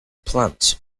plants